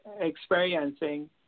experiencing